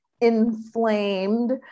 inflamed